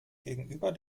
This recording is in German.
gegenüber